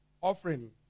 offering